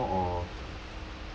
it's more of